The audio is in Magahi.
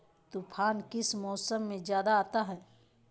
तूफ़ान किस मौसम में ज्यादा आता है?